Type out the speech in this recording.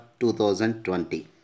2020